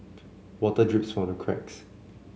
water drips from the cracks